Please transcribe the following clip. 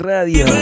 Radio